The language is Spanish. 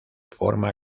forma